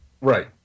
Right